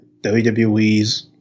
WWE's